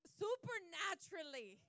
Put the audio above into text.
supernaturally